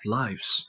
lives